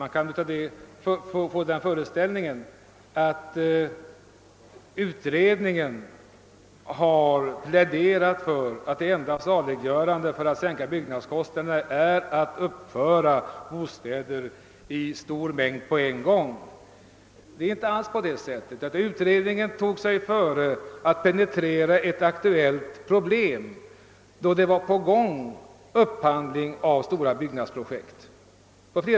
Man kan få den föreställningen, att utredningen har pläderat för att det enda saliggörande då det gäller att sänka byggnadskostnaderna är att uppföra bostäder i stor mängd på en gång, men det förhåller sig inte alls på det sättet. Utredningen tog sig före att penetrera ett aktuellt problem, då på flera ställen i landet upphandling vid stora byggnadsprojekt pågick.